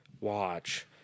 watch